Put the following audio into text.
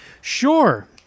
Sure